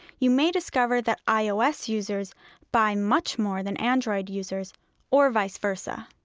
you may discover that ios users buy much more than android users or vice versa.